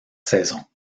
saison